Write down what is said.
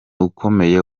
ukomeye